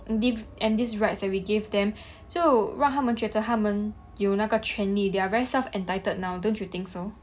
dif~ and these rights that we gave them 就让他们觉得他们有那个权利 they're very self entitled now don't you think so